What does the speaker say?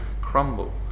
crumble